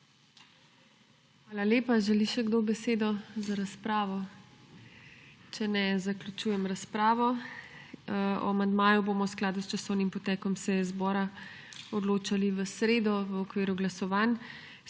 Hvala lepa. Želi še kdo besedo za razpravo? Če ne, zaključujem razpravo. O amandmaju bomo v skladu s časovnim potekom seje zbora odločali v sredo v okviru glasovanj.